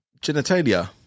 genitalia